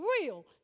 real